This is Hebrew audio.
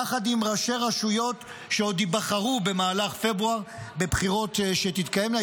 יחד עם ראשי רשויות שעוד ייבחרו במהלך פברואר בבחירות שתתקיימנה,